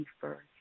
first